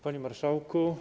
Panie Marszałku!